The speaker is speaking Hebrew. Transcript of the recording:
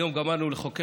היום גמרנו להכין